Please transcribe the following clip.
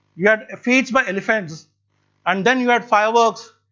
you had feats by elephants and then you had fireworks,